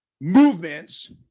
movements